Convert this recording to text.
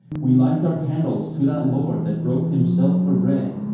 we light our candles to that lord that broke himself for bread.